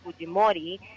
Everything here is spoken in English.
Fujimori